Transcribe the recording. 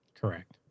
correct